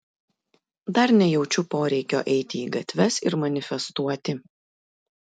dar nejaučiu poreikio eiti į gatves ir manifestuoti